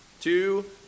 Two